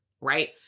right